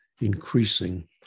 increasing